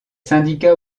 syndicats